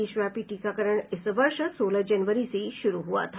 देशव्यापी टीकाकरण इस वर्ष सोलह जनवरी से शुरू हुआ था